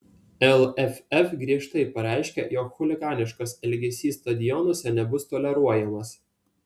lff griežtai pareiškia jog chuliganiškas elgesys stadionuose nebus toleruojamas